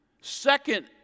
Second